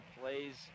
plays